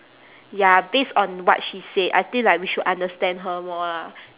ya based on what she said I think like we should understand her more lah